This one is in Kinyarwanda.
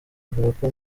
avuga